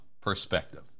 perspective